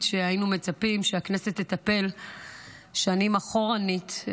שהיינו מצפים שהכנסת תטפל שנים אחורנית.